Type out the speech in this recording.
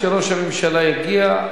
כשראש הממשלה יגיע,